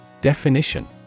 Definition